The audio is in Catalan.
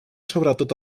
sobretot